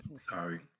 sorry